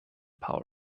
power